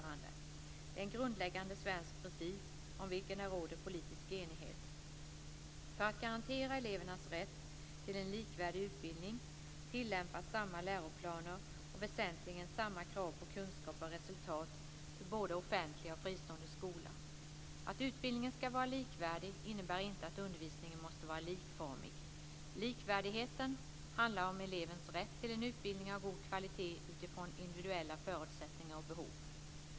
Det är en grundläggande svensk princip, om vilken det råder politisk enighet. För att garantera elevernas rätt till en likvärdig utbildning tillämpas samma läroplaner och väsentligen samma krav på kunskaper och resultat för både offentliga och fristående skolor. Att utbildningen ska vara likvärdig innebär inte att undervisningen måste vara likformig. Likvärdigheten handlar om elevens rätt till en utbildning av god kvalitet utifrån individuella förutsättningar och behov.